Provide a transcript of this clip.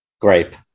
Grape